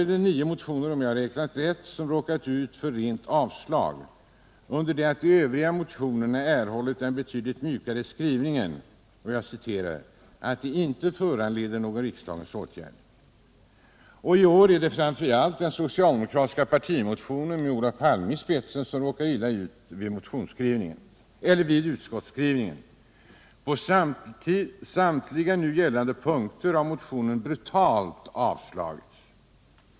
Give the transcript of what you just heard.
Om jag räknat rätt är det i år nio motioner som råkat ut för rent avslagsyrkande, under det att de övriga motionerna föranlett den obetydligt mjukare skrivningen att de inte skall föranleda någon riksdagens åtgärd. I år är det framför allt den socialdemokratiska partimotionen med Olof Palme i spetsen som råkat illa ut vid utskottsskrivningen. På samtliga nu gällande punkter har motionen brutalt avstyrkts.